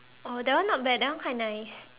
oh that one not bad that one quite nice